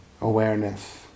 awareness